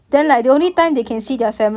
but you will support communism ah